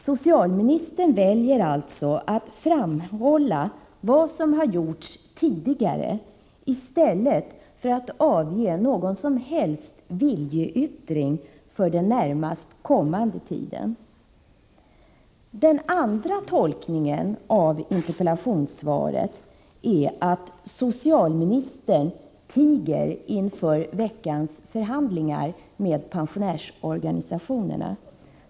Socialministern väljer alltså att framhålla vad som gjorts tidigare i stället för att avge någon som helst viljeyttring för den närmast kommande tiden. Den andra tolkningen av interpellationssvaret är att socialministern tiger med tanke på veckans förhandlingar med pensionärsorganisationerna.